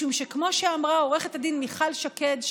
משום שכמו שאמרה עו"ד מיכל שקד,